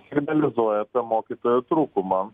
signalizuoja apie mokytojų trūkumą